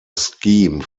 scheme